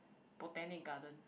botanic garden